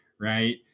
right